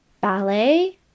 ballet